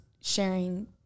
sharing